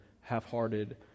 half-hearted